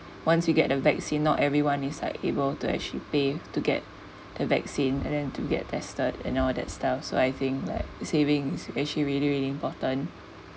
once you get the vaccine not everyone is like able to actually pay to get the vaccine and then to get tested and all that stuff so I think like savings actually really really important